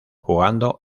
jugando